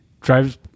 Drives